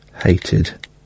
Hated